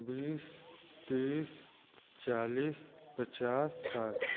बीस तीस चालीस पचास साठ